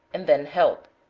and then help.